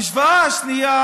ההשוואה השנייה